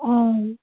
आम्